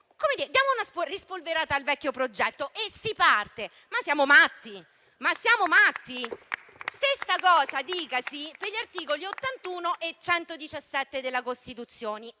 diamo una rispolverata al vecchio progetto e si parte. Ma siamo matti? Stessa cosa dicasi per gli articoli 81 e 117 della Costituzione.